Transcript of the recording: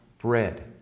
bread